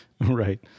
Right